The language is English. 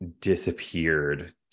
disappeared